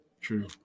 True